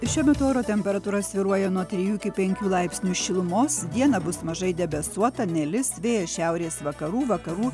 šiuo metu oro temperatūra svyruoja nuo trijų iki penkių laipsnių šilumos dieną bus mažai debesuota nelis vėjas šiaurės vakarų vakarų